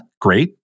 Great